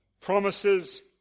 promises